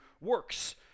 works